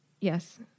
Yes